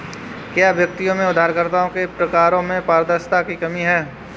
क्या व्यक्तियों में उधारकर्ताओं के प्रकारों में पारदर्शिता की कमी है?